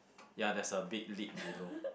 ya there's a big lip below